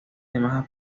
demás